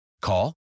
Call